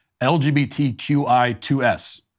LGBTQI2S